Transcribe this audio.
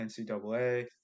NCAA